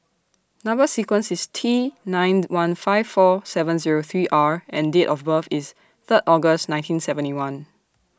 Number sequence IS T nine one five four seven Zero three R and Date of birth IS Third August nineteen seventy one